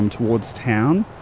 um towards town.